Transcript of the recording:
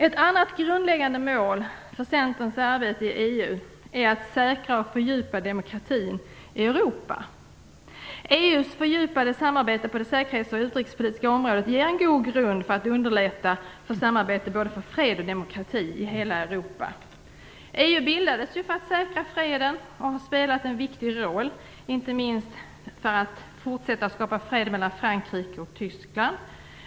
Ett annat grundläggande mål för Centerns arbete i EU är att säkra och fördjupa demokratin i Europa. EU:s fördjupade samarbete på det säkerhets och utrikespolitiska området ger en god grund för att underlätta för samarbete för både fred och demokrati i hela Europa. EU bildades ju för att säkra freden och har spelat en viktig roll, inte minst för att fortsätta skapa fred mellan Frankrike och Tyskland.